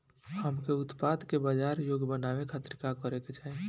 हमके उत्पाद के बाजार योग्य बनावे खातिर का करे के चाहीं?